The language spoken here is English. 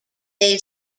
they